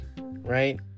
right